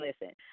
listen